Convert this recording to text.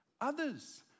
others